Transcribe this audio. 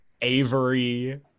Avery